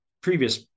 previous